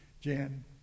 Jan